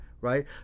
right